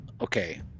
okay